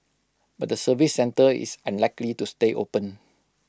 but the service centre is unlikely to stay open